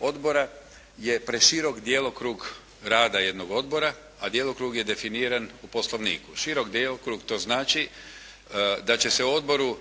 odbora je preširok djelokrug rada jednog odbora, a djelokrug je definiran u Poslovniku. Širok djelokrug to znači da će se u odboru